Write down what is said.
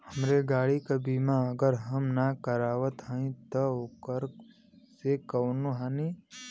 हमरे गाड़ी क बीमा अगर हम ना करावत हई त ओकर से कवनों हानि?